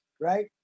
right